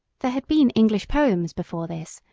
there had been english poems before this,